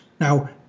Now